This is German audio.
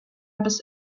bis